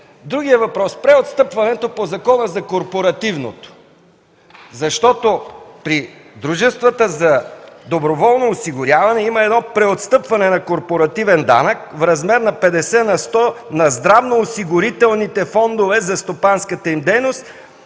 другия въпрос за преотстъпването по Закона за корпоративното подоходно облагане. При дружествата за доброволно осигуряване има едно преотстъпване на корпоративен данък в размер на 50 на сто на здравноосигурителните фондове за стопанската им дейност,